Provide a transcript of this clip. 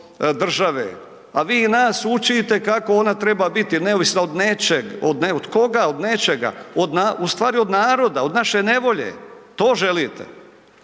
A vi nas učite kako ona treba biti neovisna od nečeg. Kod koga? Od nečega, ustvari od naroda, od naše nevolje. To želite?